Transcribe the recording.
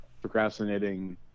procrastinating